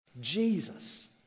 Jesus